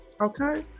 Okay